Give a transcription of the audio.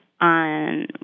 on